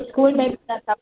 school में बि था सभु